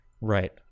Right